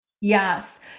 Yes